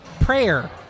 prayer